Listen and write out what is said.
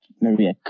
maria